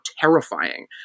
terrifying